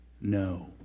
No